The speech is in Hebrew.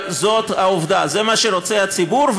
אבל זאת העובדה, זה מה שרוצה הציבור.